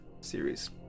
series